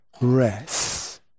rest